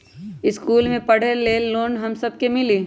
इश्कुल मे पढे ले लोन हम सब के मिली?